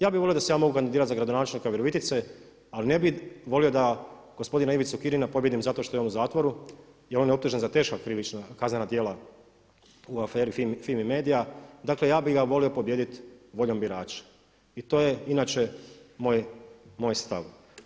Ja bi volio da se ja mogu kandidirati za gradonačelnika Virovitice, ali ne bi volio da gospodina Ivicu Kirina pobijedim zato što je on u zatvoru jer je on optužen za teška krivična kaznena djela u aferi FIMI Media dakle ja bi ga volio pobijediti voljom birača i to je inače moj stav.